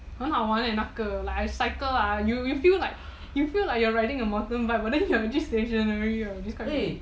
很好玩 eh 那个 like I cycle ah you feel like you feel like you are riding a mountain bike but you are actually stationary which is quite funny